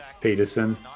Peterson